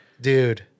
Dude